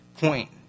point